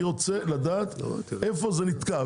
אני רוצה לדעת איפה זה נתקע.